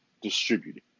distributed